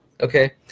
okay